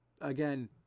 again